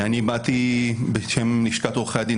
אני באתי בשם לשכת עורכי הדין,